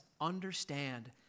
understand